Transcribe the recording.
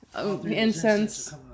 incense